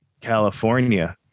california